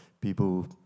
people